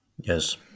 yes